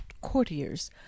courtiers